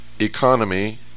economy